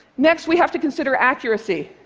next, we have to consider accuracy.